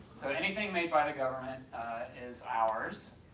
so anything made by the government is ours,